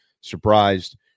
surprised